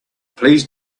please